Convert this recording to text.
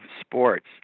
sports